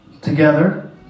together